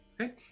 Okay